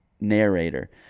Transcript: narrator